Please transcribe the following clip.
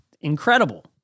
incredible